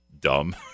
dumb